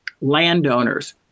landowners